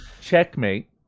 checkmate